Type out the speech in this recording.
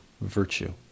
virtue